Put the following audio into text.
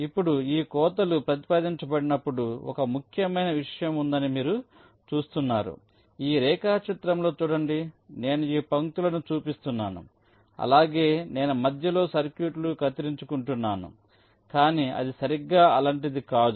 ఇప్పుడు ఈ కోతలు ప్రతిపాదించబడినప్పుడు ఒక ముఖ్యమైన విషయం ఉందని మీరు చూస్తున్నారు ఈ రేఖాచిత్రంలో చూడండి నేను ఈ పంక్తులను చూపిస్తున్నాను అలాగే నేను మధ్యలో సర్క్యూట్ను కత్తిరించుకుంటున్నాను కానీ అది సరిగ్గా అలాంటిది కాదు